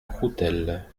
croutelle